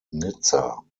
nizza